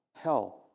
hell